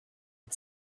and